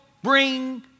Bring